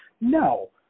No